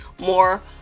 more